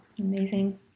Amazing